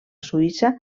suïssa